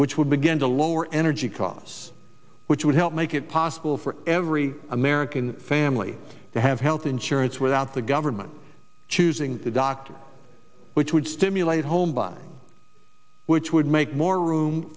which would begin to lower energy costs which would help make it possible for every american family to have health insurance without the government choosing the doctor which would stimulate home but which would make more room